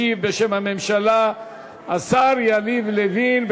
ישיב בשם הממשלה השר יריב לוין,